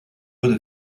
eau